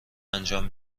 انجام